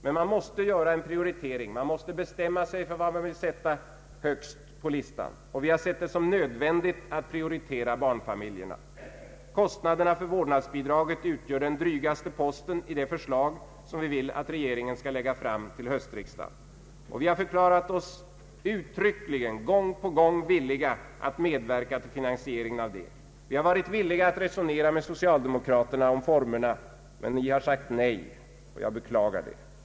Men man måste göra en prioritering, man måste bestämma sig för vad man vill sätta högst på listan, och vi har sett det som nödvändigt att prioritera barnfamiljerna; kostnaderna för vårdnadsbidraget utgör den drygaste posten i det förslag som vi vill att regeringen skall lägga fram till höstriksdagen. Vi har uttryckligen gång på gång förklarat oss villiga att medverka till finansieringen av detta; vi har varit villiga att diskutera med socialdemokraterna om formerna — men ni har sagt nej, och jag beklagar det.